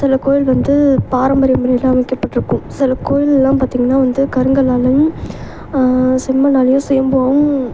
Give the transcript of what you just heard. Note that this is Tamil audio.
சில கோயில் வந்து பாரம்பரியம் முறையெலாம் அமைக்கப்பட்டிருக்கும் சில கோயிலெலாம் பார்த்தீங்கன்னா வந்து கருங்கல்லாகவும் செம்மண்ணாலேயும்